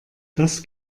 das